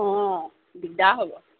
অঁ দিগদাৰ হ'ব